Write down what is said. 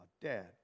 dad